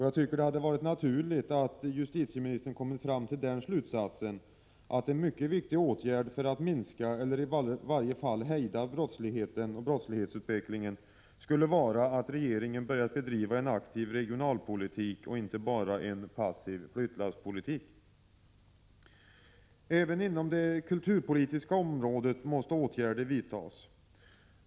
Jag tycker att det hade varit naturligt att justitieministern kommit fram till den slutsatsen att en mycket viktig åtgärd för att minska eller i varje fall hejda brottsligheten och brottslighetsutvecklingen skulle vara att regeringen börjat bedriva en aktiv regionalpolitik och inte bara en passiv flyttlasspolitik. Även på det kulturpolitiska området måste åtgärder vidtas.